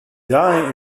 die